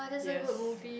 yes